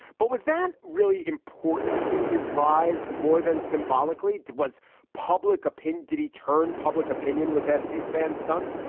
but was that really important in his rise more than symbolically was public opinion? did he turn public opinion with that c-span stunt?